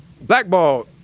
Blackball